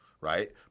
right